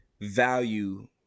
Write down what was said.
value